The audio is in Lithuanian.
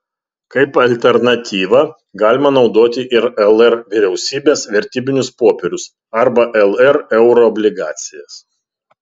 kaip alternatyvą galima naudoti ir lr vyriausybės vertybinius popierius arba lr euroobligacijas